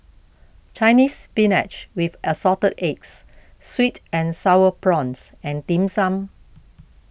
Chinese Spinach with Assorted Eggs Sweet and Sour Prawns and Dim Sum